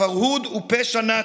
הפרהוד הוא פשע נאצי,